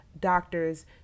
doctors